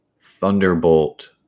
thunderbolt